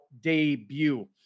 debut